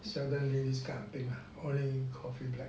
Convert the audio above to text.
seldomly this kind of thing lah only coffee black